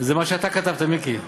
זה מה שאתה כתבת, מיקי.